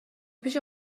پیش